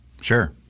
Sure